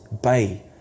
bay